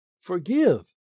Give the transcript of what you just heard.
forgive